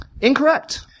Incorrect